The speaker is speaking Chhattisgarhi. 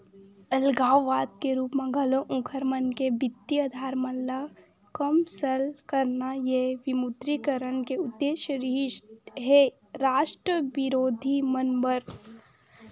अलगाववाद के रुप म घलो उँखर मन के बित्तीय अधार मन ल कमसल करना ये विमुद्रीकरन के उद्देश्य रिहिस हे रास्ट बिरोधी मन बर